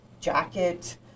jacket